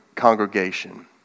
congregation